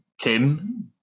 tim